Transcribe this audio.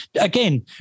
again